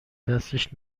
دستش